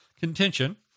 contention